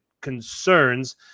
concerns